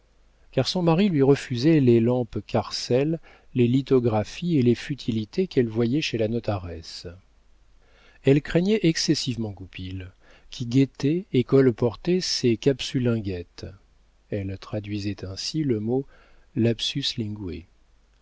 car son mari lui refusait les lampes carcel les lithographies et les futilités qu'elle voyait chez la notaresse elle craignait excessivement goupil qui guettait et colportait ses capsulinguettes elle traduisait ainsi le mot